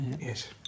Yes